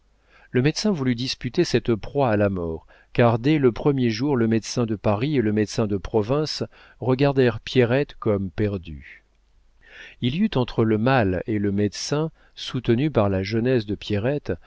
le médecin voulut disputer cette proie à la mort car dès le premier jour le médecin de paris et le médecin de province regardèrent pierrette comme perdue il y eut entre le mal et le médecin soutenu par la jeunesse de pierrette